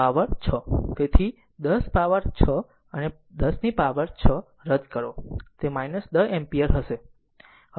તેથી 10 પાવર 6 અને 10 પાવર 6 રદ કરો તે 10 એમ્પીયર હશે